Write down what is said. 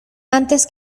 antes